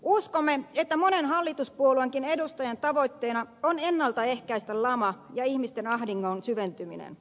uskomme että monen hallituspuolueenkin edustajan tavoitteena on ennalta ehkäistä lama ja ihmisten ahdingon syventyminen